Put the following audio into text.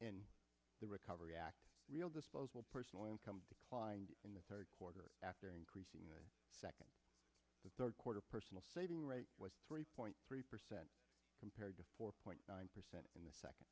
in the recovery act real disposable personal income declined in the third quarter after increasing the second third quarter personal saving rate was three point three percent compared to four point nine percent in the second